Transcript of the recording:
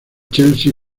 chelsea